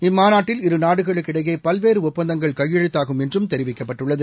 இம்மாநாட்டில் இரு நாடுகளுக்கு இடையே பல்வேறு ஒப்பந்தங்கள் கையெழுத்தாகும் என்றும் தெரிவிக்கப்பட்டுள்ளது